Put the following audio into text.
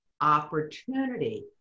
opportunity